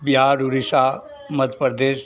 Bihar Orissa Madhya Pradesh